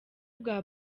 bwa